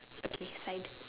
okay side